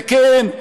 וכן,